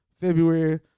February